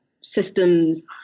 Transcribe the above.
systems